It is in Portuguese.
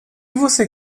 você